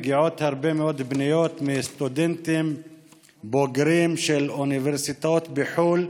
מגיעות הרבה מאוד פניות מסטודנטים בוגרים של אוניברסיטאות בחו"ל,